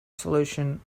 solution